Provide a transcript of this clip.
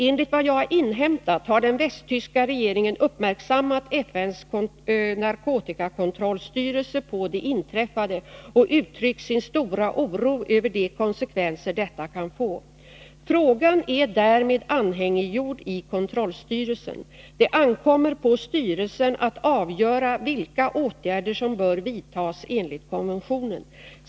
Enligt vad jag inhämtat har den västtyska regeringen uppmärksammat FN:s narkotikakontrollstyrelse på det inträffade och uttryckt sin stora oro över de konsekvenser detta kan få. Frågan är därmed anhängiggjord i kontrollstyrelsen. Det ankommer på styrelsen att avgöra vilka åtgärder som bör vidtas enligt konventionen.